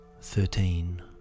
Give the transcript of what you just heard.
Thirteen